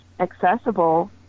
accessible